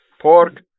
Pork